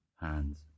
hands